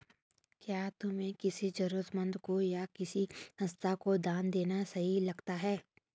क्या तुम्हें किसी जरूरतमंद को या किसी संस्था को दान देना सही लगता है?